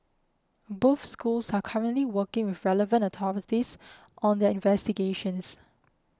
both schools are currently working with relevant authorities on their investigations